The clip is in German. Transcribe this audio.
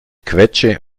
quetsche